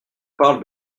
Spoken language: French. parle